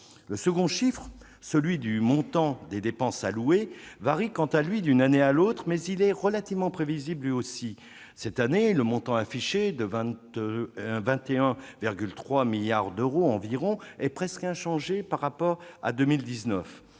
Le second chiffre, celui du montant des dépenses allouées, varie quant à lui d'une année sur l'autre, mais il est relativement prévisible aussi. Cette année, le montant affiché- environ 21,3 milliards d'euros -est presque inchangé par rapport à 2019.